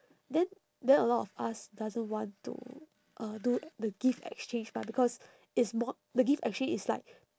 then then a lot of us doesn't want to uh do the gift exchange but because it's more the gift exchange is like